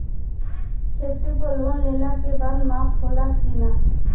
खेती पर लोन लेला के बाद माफ़ होला की ना?